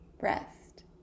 rest